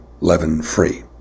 leaven-free